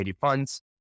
funds